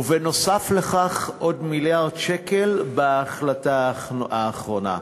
ונוסף על כך עוד מיליארד שקל בהחלטה האחרונה.